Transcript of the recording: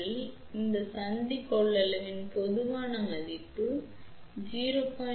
எனவே சந்தி கொள்ளளவின் பொதுவான மதிப்பு 0